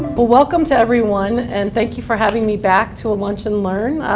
but welcome to everyone, and thank you for having me back to a lunch and learn.